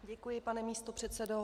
Děkuji, pane místopředsedo.